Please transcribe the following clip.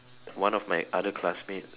one of my other classmates